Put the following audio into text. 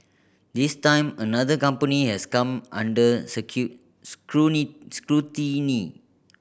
this time another company has come under scrutiny